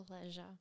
pleasure